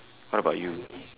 what about you